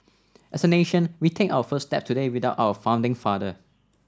as a nation we take our first step today without our founding father